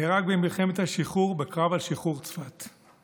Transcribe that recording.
נהרג במלחמת השחרור, בקרב על שחרור צפת.